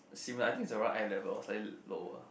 similar I think it's around eye level or slightly lower